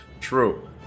True